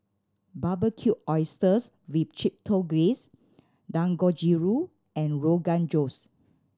Barbecued Oysters with Chipotle Glaze Dangojiru and Rogan Josh